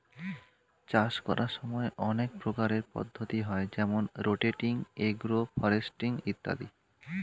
চাষ করার সময় অনেক প্রকারের পদ্ধতি হয় যেমন রোটেটিং, এগ্রো ফরেস্ট্রি ইত্যাদি